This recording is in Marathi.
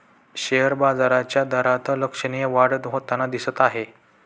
शेअर बाजाराच्या दरात लक्षणीय वाढ होताना दिसत आहे